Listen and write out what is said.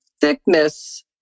thickness